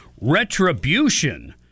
retribution